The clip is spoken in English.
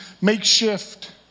makeshift